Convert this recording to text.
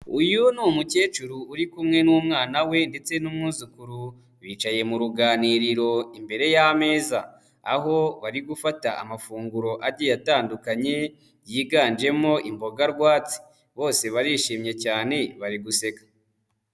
Uyu ni umukecuru uri kumwe n'umwana we ndetse n'umwuzukuru, bicaye mu ruganiriro imbere y'ameza, aho bari gufata amafunguro agiye atandukanye, yiganjemo imboga rwatsi, bose barishimye cyane, bari guseka.